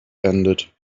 ended